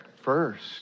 first